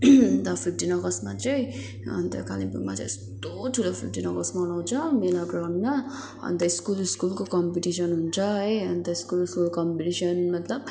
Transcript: अन्त फिफ्टिन अगस्तमा चाहिँ अन्त कालिम्पोङमा चाहिँ यस्तो ठुलो फिफ्टिन अगस्त मनाउँछ मेला ग्राउन्डमा अन्त स्कुल स्कुलको कम्पिटिसन हुन्छ है अन्त स्कुल स्कुलको कम्पिटिसन मतलब